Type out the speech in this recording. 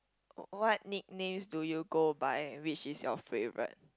what nicknames do you go by which is your favourite